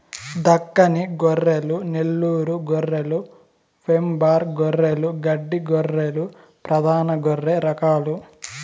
దక్కని గొర్రెలు, నెల్లూరు గొర్రెలు, వెంబార్ గొర్రెలు, గడ్డి గొర్రెలు ప్రధాన గొర్రె రకాలు